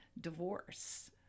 divorce